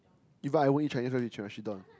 even I wouldn't eat Chinese rice with Chirashi don